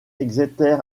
exeter